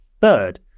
third